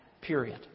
Period